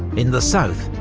in the south,